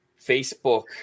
Facebook